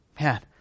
Man